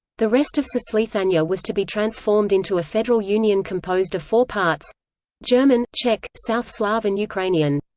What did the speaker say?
the rest of cisleithania was to be transformed into a federal union composed of four parts german, czech, south slav and ukrainian.